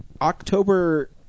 October